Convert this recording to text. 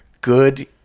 Good